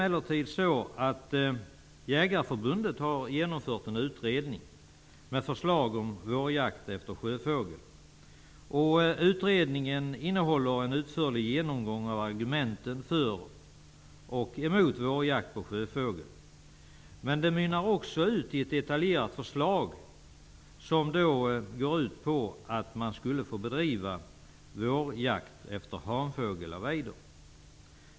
Jägareförbundet har emellertid genomfört en utredning med förslag om vårjakt på sjöfågel. Utredningen innehåller en utförlig genomgång av argumenten för och mot vårjakt på sjöfågel. Men den mynnar också ut i ett detaljerat förslag som går ut på att man skall få bedriva vårjakt på hanfågel av ejder.